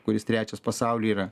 kuris trečias pasauly yra